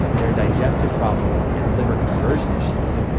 they're digestive problems and liver conversion issues.